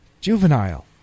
Juvenile